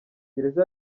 gereza